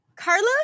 Carlos